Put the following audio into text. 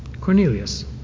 Cornelius